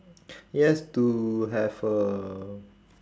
it has to have a